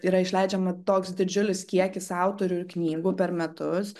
yra išleidžiama toks didžiulis kiekis autorių ir knygų per metus